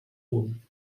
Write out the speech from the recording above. punt